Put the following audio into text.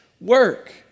work